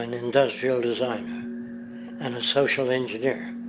and industrial designer and a social engineer.